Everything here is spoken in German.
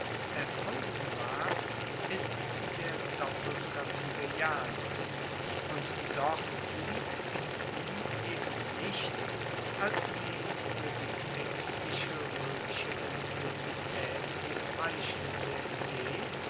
erfunden ward ist der doppelkoepfige janus und doch liegt in ihm eben nichts als die fuer die aengstliche roemische religiositaet bezeichnende idee